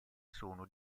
sono